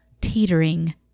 teetering